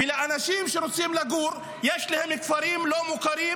ולאנשים שרוצים לגור יש כפרים לא מוכרים,